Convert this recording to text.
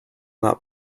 not